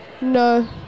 No